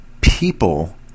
people